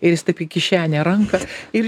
ir jis taip į kišenę ranką ir